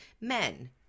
Men